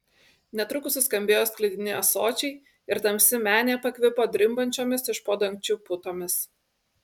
netrukus suskambėjo sklidini ąsočiai ir tamsi menė pakvipo drimbančiomis iš po dangčiu putomis